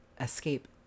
escape